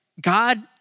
God